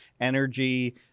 energy